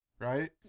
right